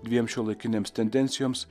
dviem šiuolaikinėms tendencijoms